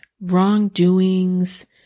wrongdoings